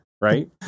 Right